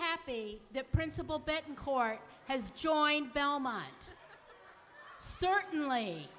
happy the principal betancourt has joined belmont certainly